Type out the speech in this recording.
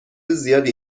زیادی